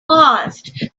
caused